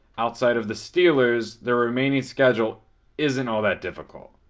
outside of the steelers, their remaining schedule isn't all that difficult.